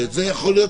שוב,